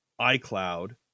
iCloud